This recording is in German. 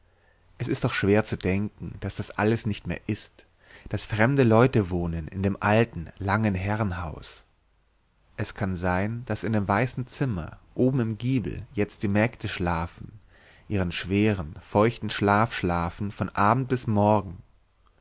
es ist doch schwer zu denken daß alles das nicht mehr ist daß fremde leute wohnen in dem alten langen herrenhaus es kann sein daß in dem weißen zimmer oben im giebel jetzt die mägde schlafen ihren schweren feuchten schlaf schlafen von abend bis morgen